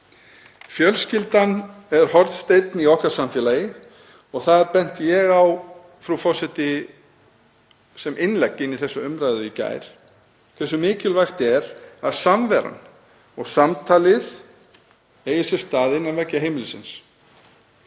Fjölskyldan er hornsteinn í samfélagi okkar og það kom ég með, frú forseti, sem innlegg inn í þessa umræðu í gær, hversu mikilvægt er að samveran og samtalið eigi sér stað innan veggja heimilisins.